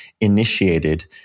initiated